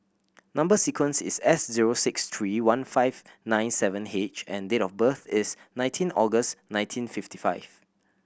number sequence is S zero six three one five nine seven H and date of birth is nineteen August nineteen fifty five